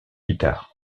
guitares